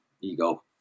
ego